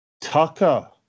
Tucker